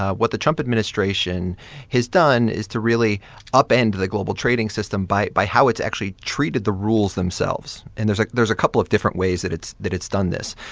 ah what the trump administration has done is to really upend the global trading system by by how it's actually treated the rules themselves. and there's like there's a couple of different ways that it's that it's done this